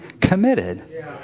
committed